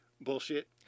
Bullshit